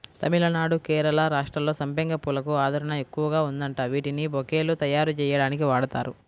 తమిళనాడు, కేరళ రాష్ట్రాల్లో సంపెంగ పూలకు ఆదరణ ఎక్కువగా ఉందంట, వీటిని బొకేలు తయ్యారుజెయ్యడానికి వాడతారు